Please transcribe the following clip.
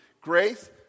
Grace